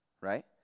Right